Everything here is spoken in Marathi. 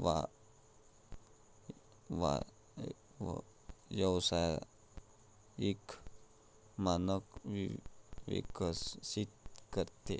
व्यावसायिक मानक विकसित करते